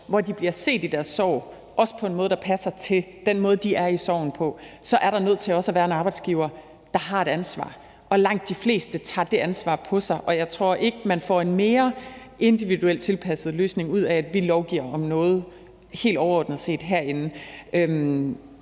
hvor de bliver set i deres sorg, også på en måde, der passer til den måde, de er i sorgen på, så er der nødt til også at være en arbejdsgiver, der har et ansvar. Langt de fleste tager det ansvar på sig, og jeg tror ikke, man får en mere individuelt tilpasset løsning ud af, at vi herinde lovgiver om noget helt overordnet set.